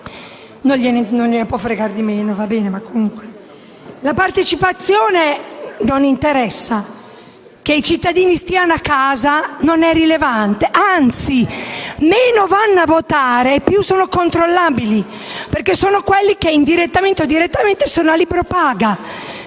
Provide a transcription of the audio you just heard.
Non gliene può fregare di meno se non partecipano. Il fatto che i cittadini stiano a casa non è rilevante; anzi, meno vanno a votare più sono controllabili, perché sono quelli che indirettamente o direttamente sono a libro paga,